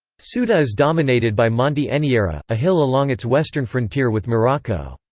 ceuta is dominated by monte anyera, a hill along its western frontier with morocco.